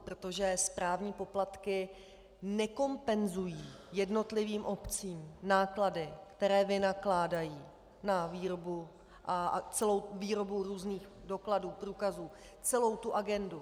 Protože správní poplatky nekompenzují jednotlivým obcím náklady, které vynakládají na výrobu různých dokladů, průkazů, celou tu agendu.